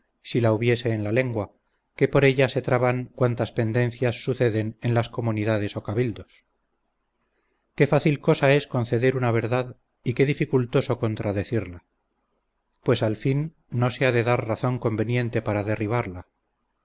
si la hubiese en la lengua que por ella se traban cuantas pendencias suceden en las comunidades o cabildos qué fácil cosa es conceder una verdad y qué dificultoso contradecirla pues al fin no se ha de dar razón conveniente para derribarla